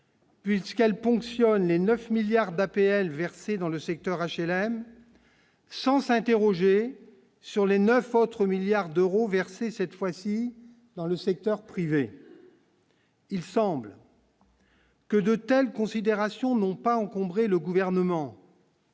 Puisqu'elles ponctionnent les 9 milliards d'APL versées dans le secteur HLM sans s'interroger sur les 9 autres milliards d'euros versés cette fois-ci dans le secteur privé. Il semble. Que de telles considérations non pas encombrer le gouvernement.